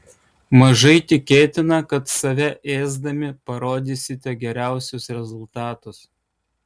mažai tikėtina kad save ėsdami parodysite geriausius rezultatus